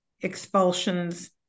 expulsions